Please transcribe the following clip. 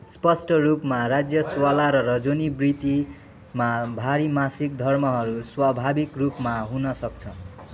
स्पष्ट रूपमा राजस्वला र रजोनिवृत्तिमा भारी मासिक धर्महरू स्वाभाविक रूपमा हुन सक्छ